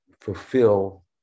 fulfill